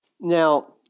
Now